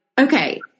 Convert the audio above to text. okay